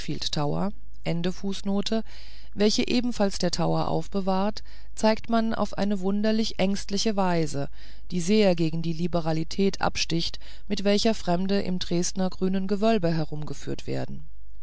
welche ebenfalls der tower aufbewahrt zeigt man auf eine wunderlich ängstliche weise die sehr gegen die liberalität absticht mit welcher fremde im dresdner grünen gewölbe herumgeführt werden